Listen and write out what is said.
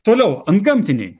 toliau antgamtiniai